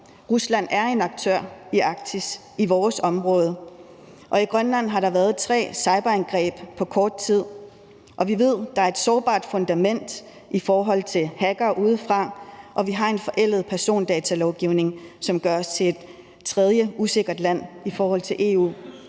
Rusland er en aktør i Arktis, i vores område, og i Grønland har der været tre cyberangreb på kort tid. Vi ved, at der er et sårbart fundament i forhold til hackere udefra, og vi har en forældet persondatalovgivning, som gør os til et usikkert tredjeland i forhold til EU.